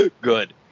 good